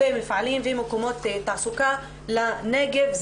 מפעלים ומקומות תעסוקה לנגב.